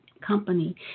company